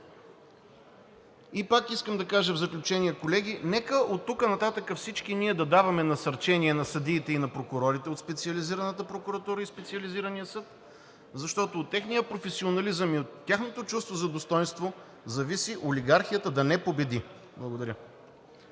пак искам да кажа, колеги, нека оттук нататък всички ние да даваме насърчения на съдиите и на прокурорите от Специализираната прокуратура и Специализирания съд, защото от техния професионализъм и от тяхното чувство за достойнство зависи олигархията да не победи. Благодаря.